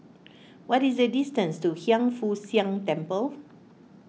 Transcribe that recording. what is the distance to Hiang Foo Siang Temple